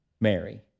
Mary